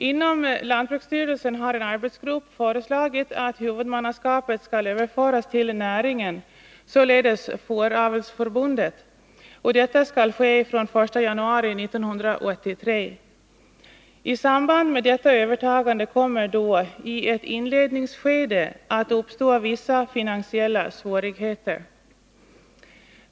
Inom lantbruksstyrelsen har en arbetsgrupp föreslagit att huvudmannaskapet skall överföras till näringen, således Fåravelsförbundet, och att detta skall ske den 1 januari 1983. I samband med detta övertagande kommer det i ett inledningsskede att uppstå vissa finansiella svårigheter.